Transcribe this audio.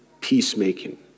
peacemaking